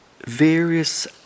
various